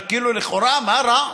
כאילו, לכאורה, מה רע?